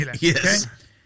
Yes